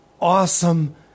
awesome